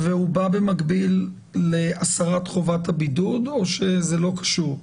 והוא בא במקביל להסרת חובת הבידוד או שזה לא קשור?